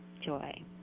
joy